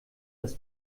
das